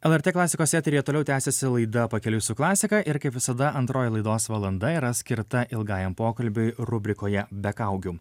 lrt klasikos eteryje toliau tęsiasi laida pakeliui su klasika ir kaip visada antroji laidos valanda yra skirta ilgajam pokalbiui rubrikoje be kaukių